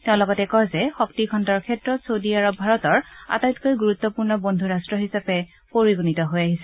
তেওঁ কয় যে শক্তি খণ্ডৰ ক্ষেত্ৰত চৌদি আৰব ভাৰতৰ আটাইতকৈ গুৰুত্পূৰ্ণ বদ্ধ ৰাট্ট হিচাপে পৰিগণিত হৈ আহিছে